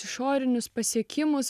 išorinius pasiekimus